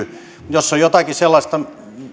jos on jotakin sellaista